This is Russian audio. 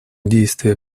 действия